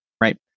right